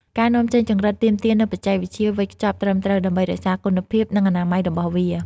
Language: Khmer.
ការនាំចេញចង្រិតទាមទារនូវបច្ចេកវិទ្យាវេចខ្ចប់ត្រឹមត្រូវ ដើម្បីរក្សាគុណភាព និងអនាម័យរបស់វា។